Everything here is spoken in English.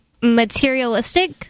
materialistic